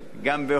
גם ב"הוט",